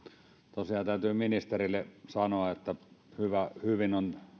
tosiaan täytyy ministerille sanoa että hyvin on